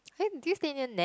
eh do you stay near nat